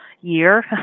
year